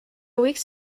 weeks